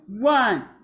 One